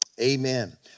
Amen